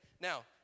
Now